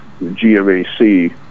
GMAC